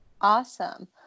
awesome